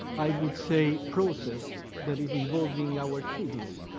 i would say, process that is involving our cities.